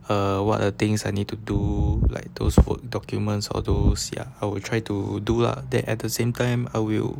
err what are things I need to do like those documents or those ya I will try to do lah that at the same time I will